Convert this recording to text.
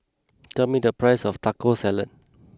tell me the price of Taco Salad